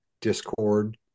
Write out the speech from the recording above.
Discord